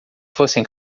fossem